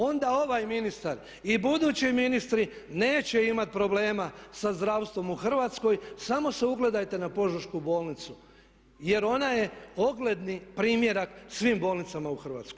Onda ovaj ministar i budući ministri neće imati problema sa zdravstvom u Hrvatskoj samo se ugledajte na Požešku bolnicu jer ona je ogledni primjerak svim bolnicama u Hrvatskoj.